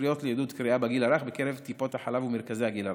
ספריות לעידוד קריאה בגיל הרך בקרב טיפות החלב ומרכזי הגיל הרך.